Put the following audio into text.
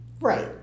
Right